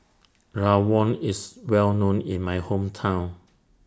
Rawon IS Well known in My Hometown